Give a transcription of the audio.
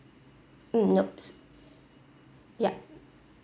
mm nope yup